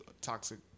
toxic